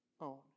own